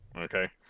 Okay